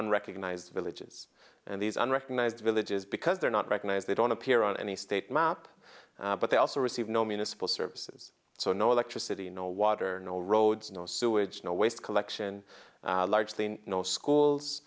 unrecognized villages and these unrecognised villages because they're not recognize they don't appear on any state map but they also receive no municipal services so no electricity no water no roads no sewage no waste collection largely no schools